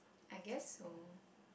I guess so